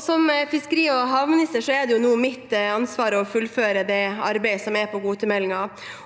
Som fiskeri- og havminister er det nå mitt ansvar å fullføre arbeidet med kvotemeldingen,